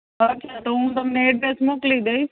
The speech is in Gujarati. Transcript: તો અચ્છા તો હું તમને એડ્રેસ મોકલી દઇશ